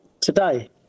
today